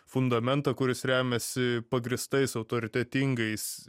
fundamentą kuris remiasi pagrįstais autoritetingais